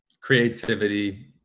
Creativity